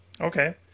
Okay